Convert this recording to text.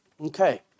okay